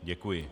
Děkuji.